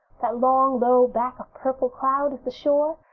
that long, low back of purple cloud is the shore,